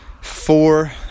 four